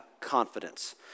confidence